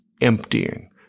emptying